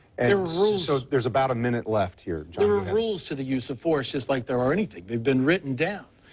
and so there's about a minute left here. there are rules to the use of force, just like there are anything. they've been written down.